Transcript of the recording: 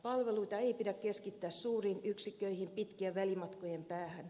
palveluita ei pidä keskittää suuriin yksikköihin pitkien välimatkojen päähän